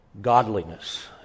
godliness